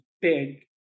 big